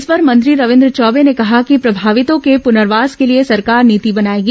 इस पर मंत्री रविन्द्र चौबे ने कहा कि प्रभावितों के पूनर्वास के लिए सरकार नीति बनाएगी